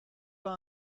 pas